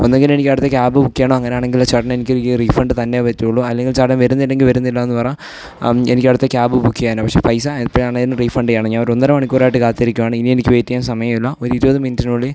ഒന്നുകിൽ എനിക്കടുത്ത cab book ചെയ്യണം അങ്ങനെയാണെങ്കിൽ ചേട്ടൻ എനിക്ക് റീഫണ്ട് തന്നെ പറ്റുകയുള്ളൂ അല്ലെങ്കിൽ ചേട്ടൻ വരുന്നില്ലങ്കിൽ വരുന്നില്ലയെന്ന് പറ എനിക്കടുത്ത ക്യാബ് ബുക്ക് ചെയ്യാനാണ് പക്ഷേ പൈസ എപ്പോഴാണെങ്കിലും റീഫണ്ട് ചെയ്യണം ഞാനൊരു അരമണിക്കൂറായിട്ട് കാത്തിരിക്കുകയാണ് ഇനി എനിക്ക് വെയ്റ്റ് ചെയ്യാൻ സമയമില്ല ഒരു ഇരുപത് മിനിറ്റിനുള്ളിൽ